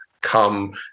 Come